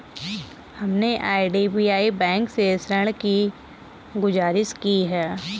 हमने IDBI bank से ऋण की गुजारिश की है